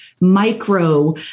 micro